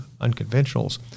unconventionals